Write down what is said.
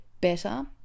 better